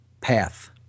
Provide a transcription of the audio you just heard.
path